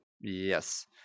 Yes